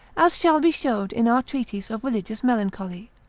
as shall be showed in our treatise of religious melancholy.